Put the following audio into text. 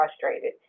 frustrated